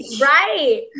right